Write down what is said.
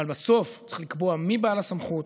אבל בסוף צריך לקבוע מי בעל הסמכות,